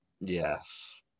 Yes